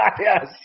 Yes